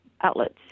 outlets